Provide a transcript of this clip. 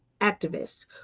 activists